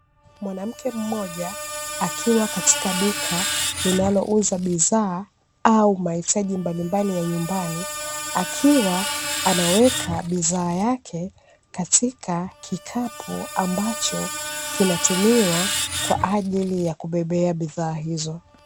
Mwanamke mmoja akiwa katika duka linalouza bidhaa au mahitaji mbalimbali ya nyumbani, akiwa anaweka bidhaa yake katika kikapu, ambacho kinatumiwa kwa ajili ya kubebea bidhaa hizo.